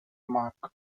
mark